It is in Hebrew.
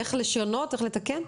איך לשנות ואיך לתקן?